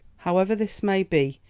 however this may be,